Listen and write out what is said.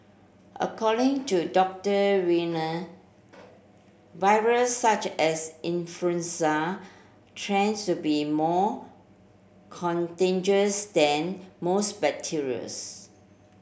according to Doctor Wiener viruses such as influenza to be more contagious than most bacterias